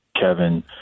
Kevin